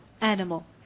animal